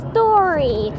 Story